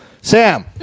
Sam